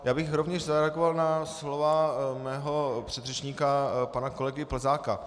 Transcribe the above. Já bych rovněž zareagoval na slova svého předřečníka pana kolegy Plzáka.